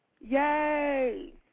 yay